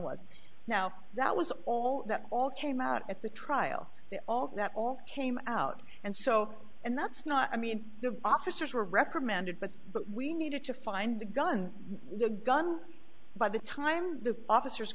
was now that was all that all came out at the trial all that all came out and so and that's not i mean the officers were reprimanded but but we needed to find the gun the gun by the time the officers